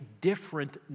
different